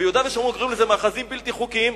ביהודה ושומרון קוראים לזה מאחזים בלתי חוקיים,